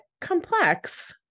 complex